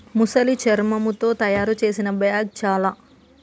మొసలి శర్మముతో తాయారు చేసిన బ్యాగ్ చాల